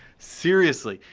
seriously,